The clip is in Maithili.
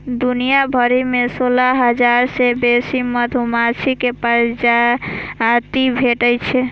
दुनिया भरि मे सोलह हजार सं बेसी मधुमाछी के प्रजाति भेटै छै